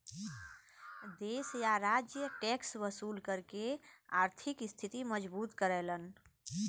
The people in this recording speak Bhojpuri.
देश या राज्य टैक्स वसूल करके आर्थिक स्थिति मजबूत करलन